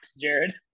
Jared